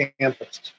campus